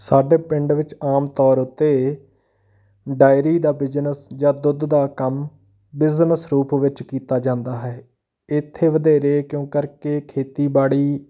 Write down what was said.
ਸਾਡੇ ਪਿੰਡ ਵਿੱਚ ਆਮ ਤੌਰ ਉੱਤੇ ਡਾਇਰੀ ਦਾ ਬਿਜਨਸ ਜਾਂ ਦੁੱਧ ਦਾ ਕੰਮ ਬਿਜਨਸ ਰੂਪ ਵਿੱਚ ਕੀਤਾ ਜਾਂਦਾ ਹੈ ਇੱਥੇ ਵਧੇਰੇ ਕਿਉਂ ਕਰਕੇ ਖੇਤੀਬਾੜੀ